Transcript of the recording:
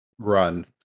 Run